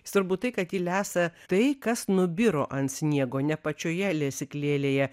svarbu tai kad ji lesa tai kas nubiro ant sniego ne pačioje lesyklėlėje